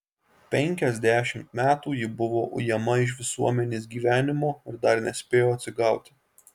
penkiasdešimt metų ji buvo ujama iš visuomenės gyvenimo ir dar nespėjo atsigauti